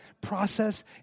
process